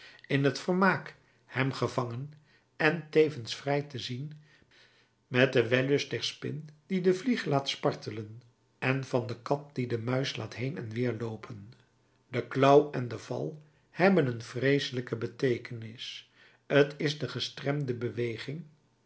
in t vermaak hem gevangen en tevens vrij te zien met den wellust der spin die de vlieg laat spartelen en van de kat die de muis laat heen en weer loopen de klauw en de val hebben een vreeselijke beteekenis t is de gestremde beweging